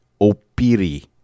opiri